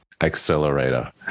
accelerator